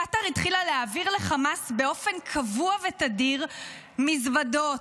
קטאר התחילה להעביר לחמאס באופן קבוע ותדיר מזוודות